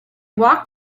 walked